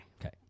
Okay